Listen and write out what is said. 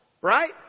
right